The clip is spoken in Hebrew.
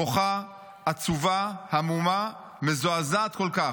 בוכה, עצובה, המומה, מזועזעת כל כך.